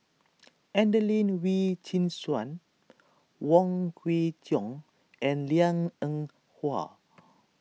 Adelene Wee Chin Suan Wong Kwei Cheong and Liang Eng Hwa